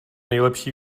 nejlepší